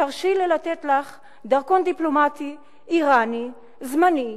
תרשי לי לתת לך דרכון דיפלומטי אירני זמני,